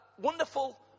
wonderful